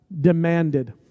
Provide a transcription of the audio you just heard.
demanded